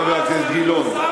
חבר הכנסת גילאון,